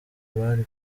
bari